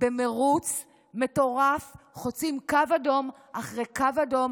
במרוץ מטורף, חוצים קו אדום אחרי קו אדום.